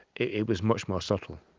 it was much more subtle.